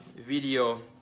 video